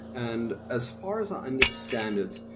and as far as i understand it,